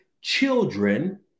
children